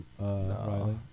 No